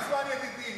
אבל ליצמן ידידי,